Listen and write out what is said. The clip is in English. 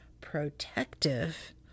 protective